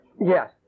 Yes